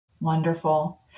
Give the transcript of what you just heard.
Wonderful